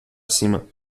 cima